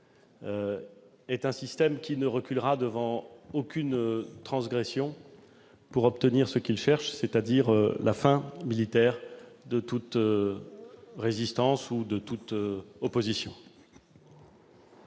faisons face, ne reculera devant aucune transgression pour obtenir ce qu'il cherche, c'est-à-dire la fin militaire de toute résistance ou de toute opposition.